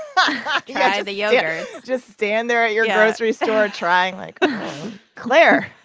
but try the yogurt just stand there at your. yeah. grocery store trying, like claire,